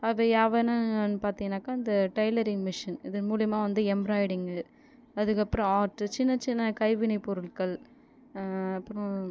அவை யாவைனன்னு பார்த்தீங்கனாக்க இந்த டைலரிங் மிஷின் இதன் மூலயமா வந்து எம்ராய்டிங் அதுக்கப்புறம் ஆர்ட் சின்ன சின்ன கைவினைப்பொருட்கள் அப்புறம்